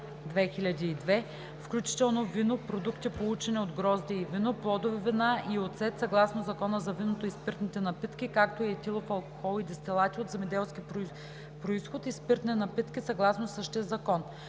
включително вино, продукти, получени от грозде и вино, плодови вина и оцет съгласно Закона за виното и спиртните напитки, както и етилов алкохол и дестилати от земеделски произход и спиртни напитки съгласно същия закон;